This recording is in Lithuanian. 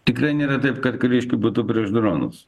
tikrai nėra taip kad kariškiai būtų prieš dronus